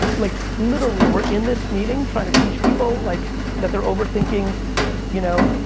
and like literally, we're in this meeting tryna teach people like that they're overthinking you know